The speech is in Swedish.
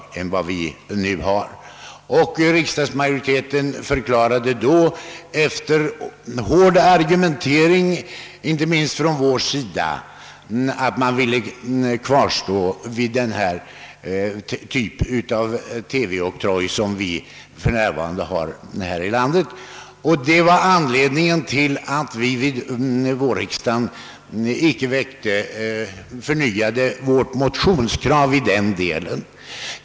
Riksdagsmajoriteten förklarade då efter hård argumentering mot monopolet, inte minst från vår sida, att man skulle behålla den typ av TV-oktroj som vi för närvarande har i vårt land. Detta var anledningen till att vi icke vid vårriksdagens början förnyade vårt motionskrav i denna del.